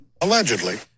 Allegedly